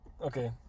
Okay